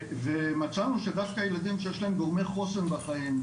ומצאנו שדווקא הילדים שיש להם גורמי חוסן בחיים,